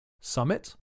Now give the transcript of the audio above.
Summit